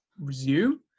Resume